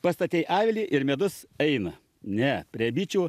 pastatei avilį ir medus eina ne prie bičių